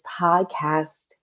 podcast